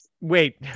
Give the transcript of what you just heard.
Wait